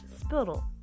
spittle